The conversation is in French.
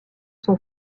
son